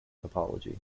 topology